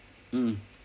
mm